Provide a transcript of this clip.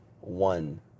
one